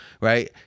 Right